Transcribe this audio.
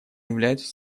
являются